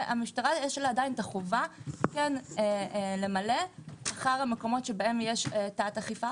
שלמשטרה יש החובה למלא אחר המקומות שיש תת אכיפה